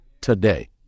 today